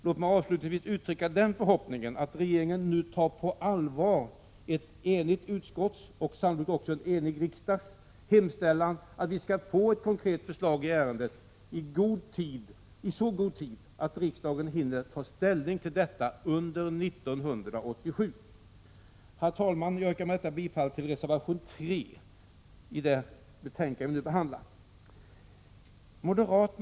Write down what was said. Låt mig avslutningsvis uttrycka den förhoppningen att regeringen nu tar på allvar ett enigt utskotts — och sannolikt också en enig riksdags — hemställan att vi skall få ett konkret förslag i ärendet i så god tid att riksdagen hinner ta ställning till detta under 1987. Herr talman! Med detta yrkar jag bifall till reservation 3 vid det betänkande som vi nu behandlar.